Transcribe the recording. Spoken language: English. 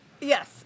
Yes